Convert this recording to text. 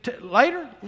later